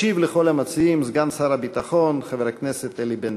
ישיב לכל המציעים סגן שר הביטחון חבר הכנסת אלי בן-דהן.